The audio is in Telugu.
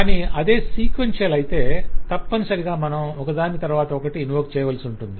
కానీ అదే సీక్వెన్షియల్ అయితే తప్పనిసరిగా మనం ఒకదాని తర్వాత ఒకటి ఇన్వోక్ చేయవలసి ఉంటుంది